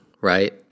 right